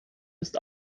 ist